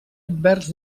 envers